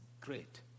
great